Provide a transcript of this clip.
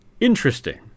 interesting